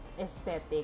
aesthetic